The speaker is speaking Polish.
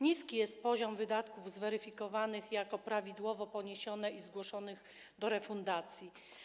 Niski jest poziom wydatków zweryfikowanych jako prawidłowo poniesione i zgłoszonych do refundacji.